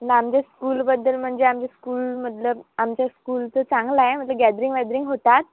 ना आमच्या स्कूलबद्दल म्हणजे आमच्या स्कूल मतलब आमच्या स्कूलचं चांगला आहे म्हणजे गॅदरिंग वॅदरिंग होतात